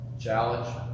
Challenge